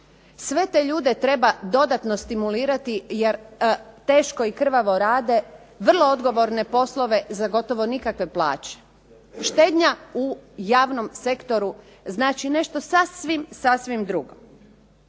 Sve te ljude treba dodatno stimulirati jer teško i krvavo rade vrlo odgovorne poslove za gotovo nikakve plaće. Štednja u javnom sektoru znači nešto sasvim, sasvim